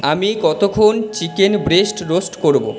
আমি কতক্ষণ chicken breast roast করবো